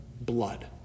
blood